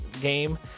game